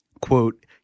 quote